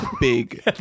big